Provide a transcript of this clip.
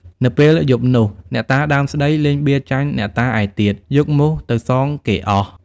នៅពេលយប់នោះ អ្នកតាដើមស្តី លេងបៀចាញ់អ្នកតាឯទៀត យកមូសទៅសងគេអស់។